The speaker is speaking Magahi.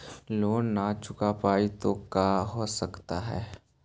लोन न चुका पाई तो का हो सकता है?